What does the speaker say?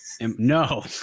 No